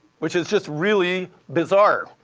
which is just really bizarre.